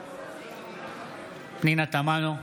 בעד פנינה תמנו,